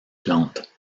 plantes